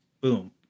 Boom